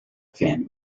fin